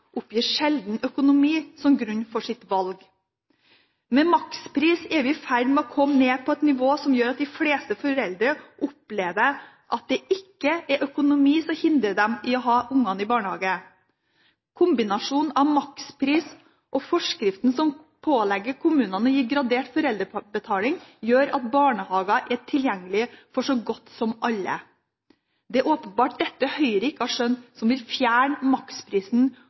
oppgir økonomi som grunn for sitt valg. Med makspris er vi i ferd med å komme ned på et nivå som gjør at de fleste foreldre opplever at det ikke er økonomi som hindrer dem i å ha ungene i barnehage. Kombinasjonen av makspris og forskriften som pålegger kommunene å gi gradert foreldrebetaling, gjør at barnehager er tilgjengelig for så godt som alle. Det er åpenbart dette Høyre ikke har skjønt, som vil fjerne maksprisen